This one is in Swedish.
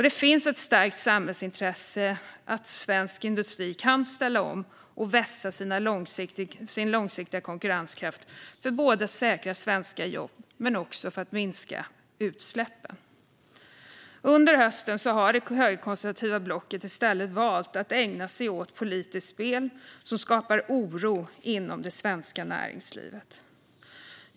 Det finns ett starkt samhällsintresse i att svensk industri kan ställa om och vässa sin långsiktiga konkurrenskraft, både för att säkra svenska jobb och för att minska utsläppen. Under hösten har det högerkonservativa blocket i stället valt att ägna sig åt politiskt spel som skapar oro inom det svenska näringslivet.